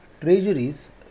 treasuries